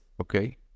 okay